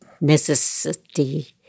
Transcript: necessity